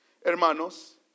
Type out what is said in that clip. hermanos